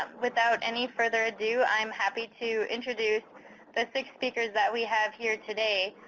um without any further ado, i'm happy to introduce the six speakers that we have here today.